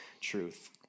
truth